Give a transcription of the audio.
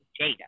Jada